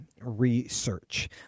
Research